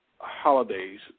holidays